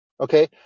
okay